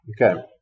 Okay